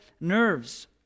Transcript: nerves